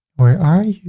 where are you?